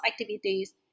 activities